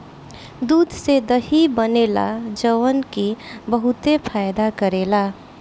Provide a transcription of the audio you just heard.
दूध से दही बनेला जवन की बहुते फायदा करेला